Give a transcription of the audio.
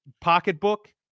pocketbook